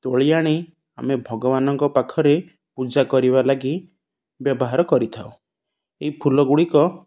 ତୋଳି ଆଣି ଆମେ ଭଗବାନଙ୍କ ପାଖରେ ପୂଜା କରିବା ଲାଗି ବ୍ୟବହାର କରିଥାଉ ଏଇ ଫୁଲ ଗୁଡ଼ିକ